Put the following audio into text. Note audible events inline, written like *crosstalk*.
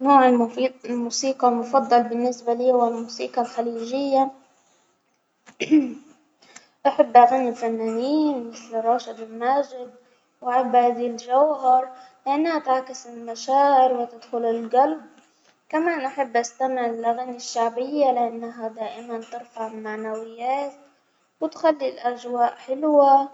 النوع الموس- الموسيقى المفضل بالنسبة لي هو الموسيقى الخليجية، *hesitation* أحب أغني للفنانين مثل راشد الماجد، وعبد العزيز جوهر لأنها تعكي المشاعر وتدخل القلب، كمان أحب أسمع الأغاني الشعبية دائما ترفع المعنويات وتخلي الاجواء حلوة،